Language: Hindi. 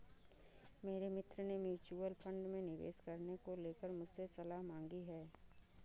मेरे मित्र ने म्यूच्यूअल फंड में निवेश करने को लेकर मुझसे सलाह मांगी है